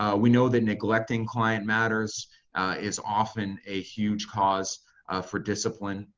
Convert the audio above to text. ah we know that neglecting client matters is often a huge cause for discipline,